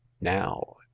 now